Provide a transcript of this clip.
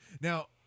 Now